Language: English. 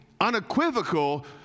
unequivocal